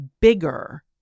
bigger